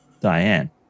Diane